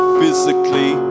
physically